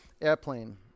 Airplane